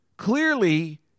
Clearly